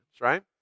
right